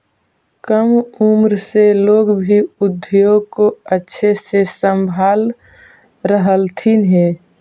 कम उम्र से लोग भी उद्योग को अच्छे से संभाल रहलथिन हे